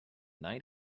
night